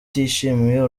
atishimiye